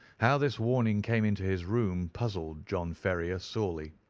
how this warning came into his room puzzled john ferrier sorely,